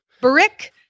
Brick